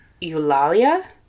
Eulalia